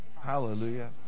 Hallelujah